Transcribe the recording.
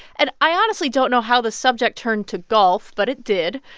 and i honestly don't know how the subject turned to golf, but it did.